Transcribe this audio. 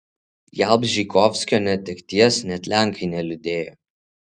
jalbžykovskio netekties net lenkai neliūdėjo